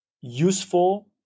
useful